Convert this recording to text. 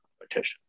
competition